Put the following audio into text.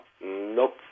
nope